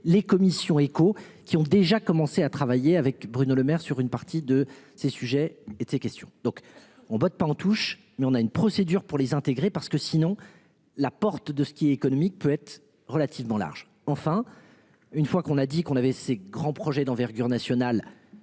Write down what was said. les commissions. Qui ont déjà commencé à travailler avec Bruno Lemaire sur une partie de ses sujets et de ces questions, donc on botte pas en touche mais on a une procédure pour les intégrer parce que sinon la porte de qui économique peut être relativement large enfin une fois qu'on a dit qu'on avait ses grands projets d'envergure nationale